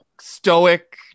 stoic